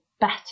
better